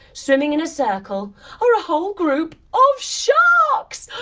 swimming in a circle are a whole group of sharks!